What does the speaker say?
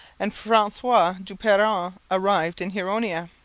and francois du peron arrived in huronia.